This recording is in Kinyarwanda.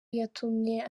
yatumye